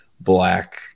black